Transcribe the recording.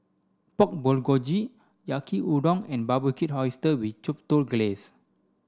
Pork Bulgogi Yaki udon and Barbecued Oysters with Chipotle Glaze